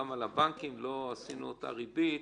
גם על הבנקים לא עשינו אותה ריבית,